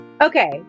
Okay